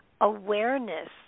awareness